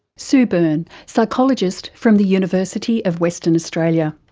sue byrne, psychologist from the university of western australia.